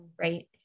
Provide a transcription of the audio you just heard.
Right